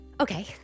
Okay